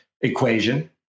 equation